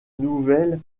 nouvel